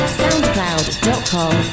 soundcloud.com